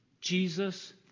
Jesus